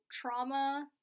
trauma